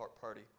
party